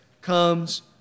comes